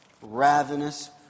Ravenous